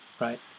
right